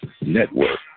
Network